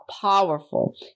powerful